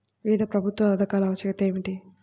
వివిధ ప్రభుత్వ పథకాల ఆవశ్యకత ఏమిటీ?